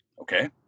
okay